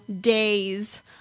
days